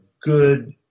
good